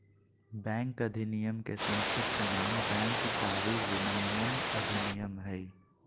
bank अधिनयम के संक्षिप्त नाम बैंक कारी विनयमन अधिनयम हइ